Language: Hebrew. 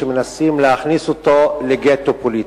שמנסים להכניס אותו לגטו פוליטי.